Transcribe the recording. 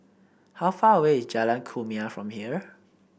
how far away is Jalan Kumia from here